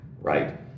right